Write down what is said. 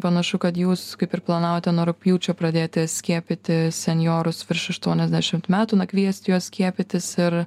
panašu kad jūs kaip ir planavote nuo rugpjūčio pradėti skiepyti senjorus virš aštuoniasdešimt metų na kviesti juos skiepytis ir